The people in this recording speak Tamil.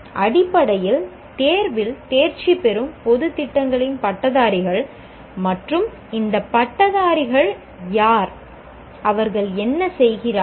அடிப்படையில் தேர்வில் தேர்ச்சி பெறும் பொதுத் திட்டங்களின் பட்டதாரிகள் மற்றும் இந்த பட்டதாரிகள் யார் அவர்கள் என்ன செய்கிறார்கள்